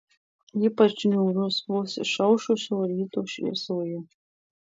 ypač niūrus vos išaušusio ryto šviesoje